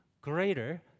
greater